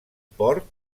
port